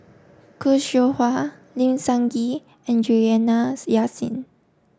Khoo Seow Hwa Lim Sun Gee and Juliana Yasin